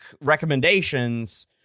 recommendations